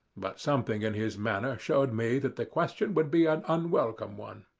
but something in his manner showed me that the question would be an unwelcome one.